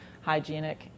hygienic